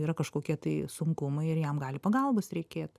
yra kažkokie tai sunkumai ir jam gali pagalbos reikėt